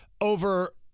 over